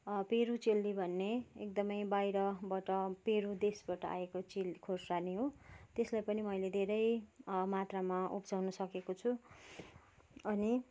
Peru chilli भन्ने एकदमै बाहिरबाट पेरु देशबाट आएको चिल्ली खोर्सानी हो त्यसलाई पनि मैले धेरै मात्रामा उब्जाउन सकेको छु अनि